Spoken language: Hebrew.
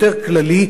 יותר כללי,